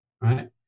right